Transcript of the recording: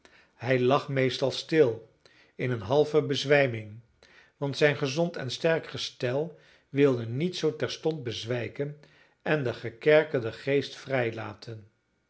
hij lag meestal stil in een halve bezwijming want zijn gezond en sterk gestel wilde niet zoo terstond bezwijken en den gekerkerden geest vrijlaten